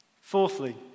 fourthly